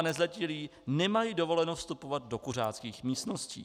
Personál a nezletilí nemají dovoleno vstupovat do kuřáckých místností.